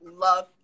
love